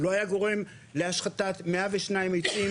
הוא לא היה גורם להשחתת מאה ושניים עצים,